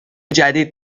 جدید